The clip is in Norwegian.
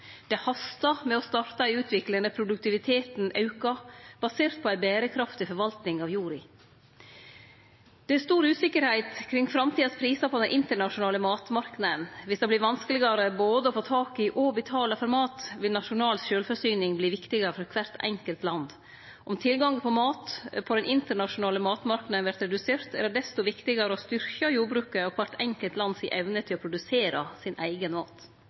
Det hastar med å starte ei utvikling der produktiviteten aukar, basert på ei berekraftig forvalting av jorda. Det er stor usikkerheit kring framtidas prisar på den internasjonale matmarknaden. Dersom det vert vanskelegare både å få tak i og betale for mat, vil nasjonal sjølvforsyning verte viktigare for kvart enkelt land. Om tilgangen på mat på den internasjonale matmarknaden vert redusert, er det desto viktigare å styrkje jordbruket og kvart enkelt lands evne til å produsere sin eigen mat.